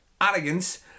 arrogance